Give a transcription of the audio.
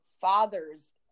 father's